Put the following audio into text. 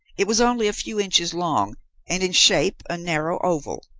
it was only a few inches long and, in shape, a narrow oval.